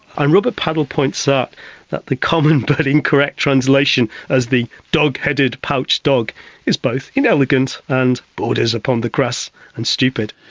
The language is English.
and robert paddle points out that the common but incorrect translation as the dog-headed pouch dog is both inelegant and borders upon the crass and stupid.